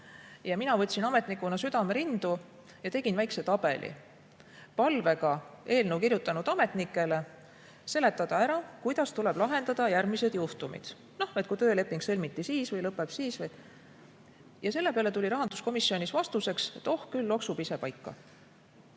Mina ametnikuna võtsin südame rindu ja tegin väikese tabeli palvega eelnõu kirjutanud ametnikele seletada ära, kuidas tuleb lahendada järgmised juhtumid. Noh, kui tööleping sõlmiti siis või lõpeb siis või ... Selle peale tuli rahanduskomisjonis vastuseks, et oh, küll loksub ise paika.